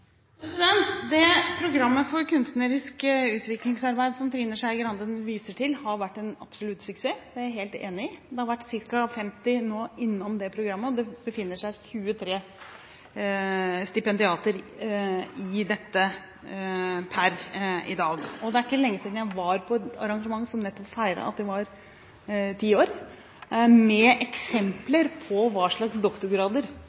Det programmet for kunstnerisk utviklingsarbeid som Trine Skei Grande nå viser til, har vært en absolutt suksess. Det er jeg helt enig i. Det har vært ca. 50 personer innom det programmet, og det befinner seg 23 stipendiater i dette per i dag. Det er ikke lenge siden jeg var på et arrangement som feiret at det var ti år, og som viste eksempler på hva slags doktorgrader